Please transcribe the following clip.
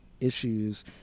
issues